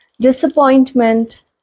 disappointment